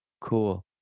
Cool